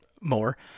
more